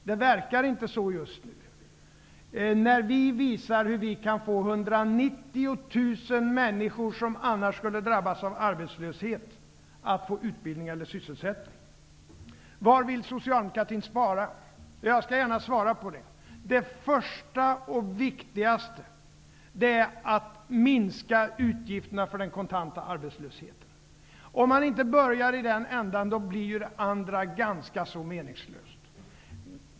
Det verkar inte så just nu när vi visar hur vi kan få 190 000 människor, som annars skulle drabbas av arbetslöshet, att få utbildning eller sysselsättning. Var vill socialdemokratin spara? Jag skall gärna svara på det. Det första och viktigaste är att minska utgifterna för det kontanta arbetslöshetsunderstödet. Om man inte börjar i den ändan, då blir det andra ganska så meningslöst.